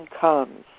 comes